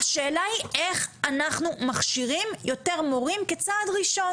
השאלה היא איך אנחנו מכשירים יותר מורים כצעד ראשון,